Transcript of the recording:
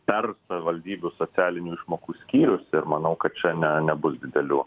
per savivaldybių socialinių išmokų skyrius ir manau kad čia ne nebus didelių